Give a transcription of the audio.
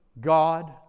God